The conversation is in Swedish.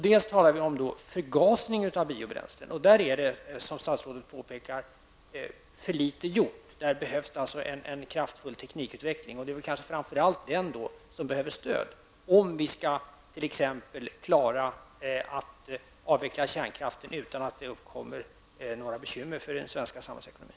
Den andra saken är förgasning av biobränsle. Som statsrådet påpekar är det för litet gjort på den punkten. Det behövs på det området en kraftfull teknikutveckling. Det är väl framför allt den som behöver stöd, om vi t.ex. skall klara en avveckling av kärnkraften utan att det uppkommer några bekymmer för den svenska samhällsekonomin.